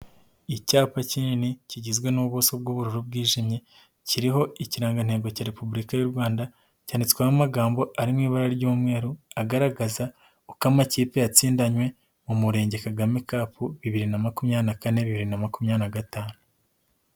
Icyapa kinini kigizwe n'ubuso bw'ubururu bwijimye, kiriho ikirangantego cya repubulika y'u Rwanda cyanditsweho amagambo ari mu ibara ry'umweru, agaragaza uko amakipe yatsindanywe mu Murenge Kagame cup bibiri na makumyabiri na kane bibiri na makumyabiri na gatanu.